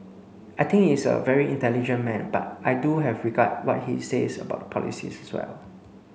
I think is a very intelligent man but I do have regard what he says about polices as well